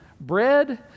bread